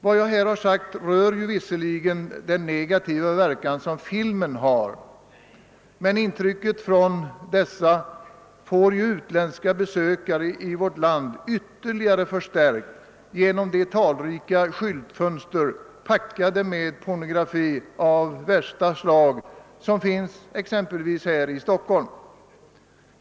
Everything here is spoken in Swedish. Vad jag här har sagt rör visserligen den negativa verkan som filmen har, men intrycket från dessa filmer får ju utländska besökare i vårt land ytterligare förstärkt genom de talrika skyltfönster, packade med pornografi av värsta slag, som finns exempelvis här i Stockholm.